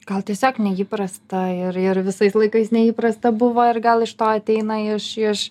gal tiesiog neįprasta ir ir visais laikais neįprasta buvo ir gal iš to ateina iš iš